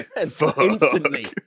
Instantly